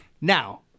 Now